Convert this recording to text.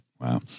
Wow